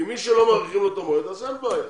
כי מי שלא מאריכים לו את המועד אז אין בעיה.